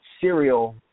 serial